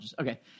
Okay